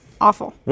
Awful